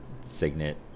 signet